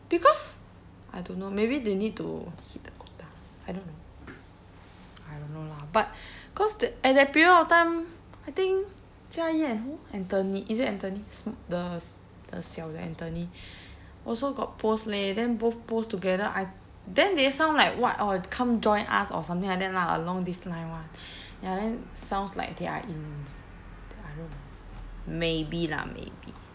because I don't know maybe they need to hit the quota I don't know I don't know lah but cause that at that period of time I think jia yi and who anthony is it anthony s~ the s~ the 小的 anthony also got post leh then both post together I then they sound like [what] orh come join us or something like that lah along this line [one] ya then sounds like they are in I don't know maybe lah maybe